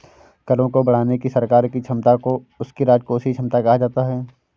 करों को बढ़ाने की सरकार की क्षमता को उसकी राजकोषीय क्षमता कहा जाता है